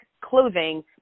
clothing